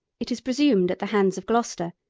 it is presumed at the hands of gloucester,